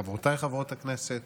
חברותיי חברות הכנסת,